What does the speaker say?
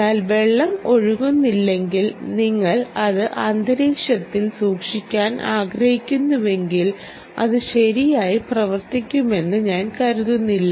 എന്നാൽ വെള്ളം ഒഴുകുന്നില്ലെങ്കിൽ നിങ്ങൾ അത് അന്തരീക്ഷത്തിൽ സൂക്ഷിക്കാൻ ആഗ്രഹിക്കുന്നുവെങ്കിൽ അത് ശരിയായി പ്രവർത്തിക്കുമെന്ന് ഞാൻ കരുതുന്നില്ല